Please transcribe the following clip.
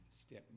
step